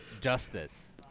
Justice